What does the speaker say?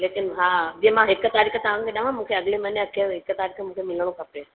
लेकिन हा जंहिं मां हिकु तारीख़ तव्हांखे ॾियांव मूंखे अॻिले महीने मूंखे हिकु तारीख़ मिलिणो खपे